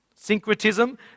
Syncretism